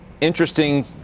Interesting